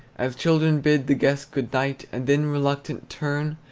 as children bid the guest good-night, and then reluctant turn,